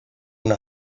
una